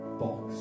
box